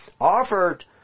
offered